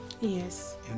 Yes